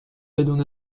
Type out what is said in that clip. بدون